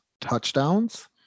touchdowns